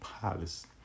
palace